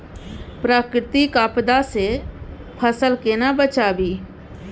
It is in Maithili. प्राकृतिक आपदा सं फसल केना बचावी?